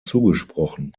zugesprochen